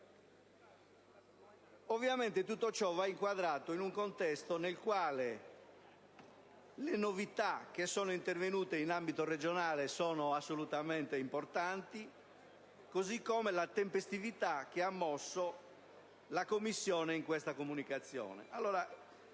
critica. Tutto ciò va inquadrato in un contesto nel quale le novità intervenute in ambito regionale sono assolutamente importanti, così come la tempestività che ha mosso la Commissione a dare questa comunicazione.